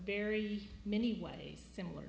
very many ways similar